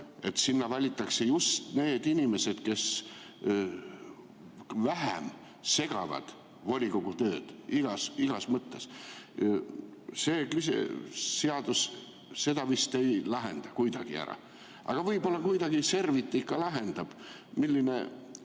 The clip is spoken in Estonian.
et sinna valitakse just need inimesed, kes vähem segavad volikogu tööd, igas mõttes. See seadus seda probleemi vist ei lahenda kuidagi ära. Aga võib-olla kuidagi serviti ikka lahendab. Milline